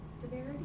severity